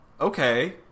okay